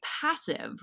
passive